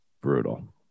brutal